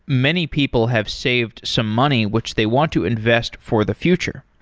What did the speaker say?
many people have saved some money, which they want to invest for the future.